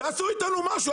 תעשו איתנו משהו,